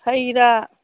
ꯍꯩ ꯔꯥ